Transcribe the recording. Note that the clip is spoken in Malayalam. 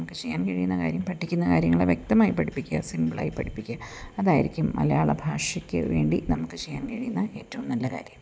നമുക്ക് ചെയ്യാൻ കഴിയുന്ന കാര്യം പഠിക്കുന്ന കാര്യങ്ങള് വ്യക്തമായി പഠിപ്പിക്കുക സിമ്പിളായി പഠിപ്പിക്കുക അതായിരിക്കും മലയാള ഭാഷയ്ക്ക് വേണ്ടി നമുക്ക് ചെയ്യാൻ കഴിയുന്ന ഏറ്റവും നല്ല കാര്യം